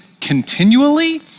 continually